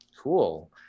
cool